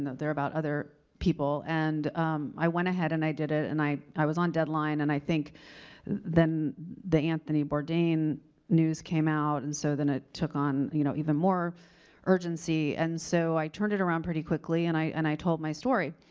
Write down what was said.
they're about other people. and i went about, and i did it, and i i was on deadline, and i think the anthony bourdain news came out, and so, then it took on, you know, even more urgency. and so, i turned it around pretty quickly and i and i told my story.